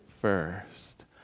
first